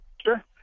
Sure